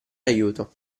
aiuto